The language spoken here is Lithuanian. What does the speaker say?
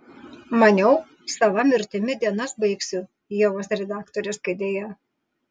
maniau sava mirtimi dienas baigsiu ievos redaktorės kėdėje